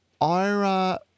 Ira